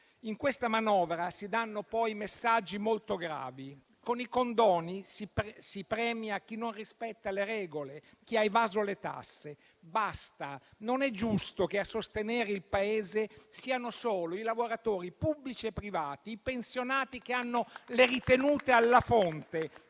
In questa manovra si danno poi messaggi molto gravi: con i condoni si premia chi non rispetta le regole, chi ha evaso le tasse. Basta: non è giusto che a sostenere il Paese siano solo i lavoratori pubblici e privati, i pensionati che hanno le ritenute alla fonte